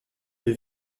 deux